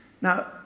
Now